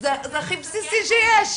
זה הכי בסיסי שיש.